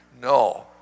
No